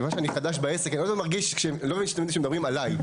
בגלל שאני חדש בעסק אני לא תמיד מבין שמדברים עליי.